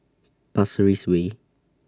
Pasir Ris Way